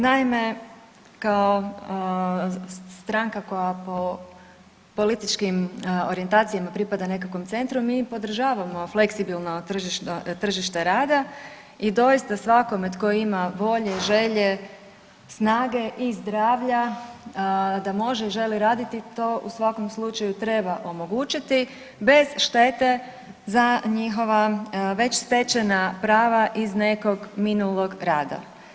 Naime, kao stranka koja po političkim orijentacijama pripada nekakvom centru mi podržavamo fleksibilno tržište rada i doista svakome tko ima volje, želje, snage i zdravlja da može i želi raditi to u svakom slučaju treba omogućiti bez štete za njihova već stečena prava iz nekog minulog rada.